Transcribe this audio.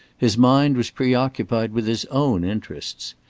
his mind was pre-occupied with his own interests.